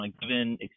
given